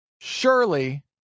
surely